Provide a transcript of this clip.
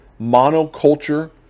monoculture